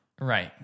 right